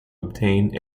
obtain